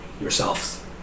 yourselves